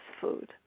food